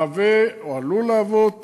מהווה או עלול להוות